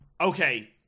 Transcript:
okay